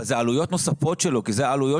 אבל אלה עלויות נוספות שלו כי אלה עלויות